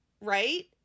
right